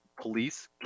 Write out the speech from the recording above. police